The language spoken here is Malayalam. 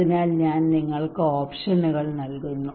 അതിനാൽ ഞാൻ നിങ്ങൾക്ക് ഓപ്ഷനുകൾ നൽകുന്നു